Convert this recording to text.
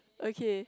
okay